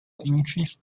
increase